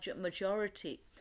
majority